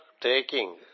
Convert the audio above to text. taking